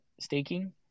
staking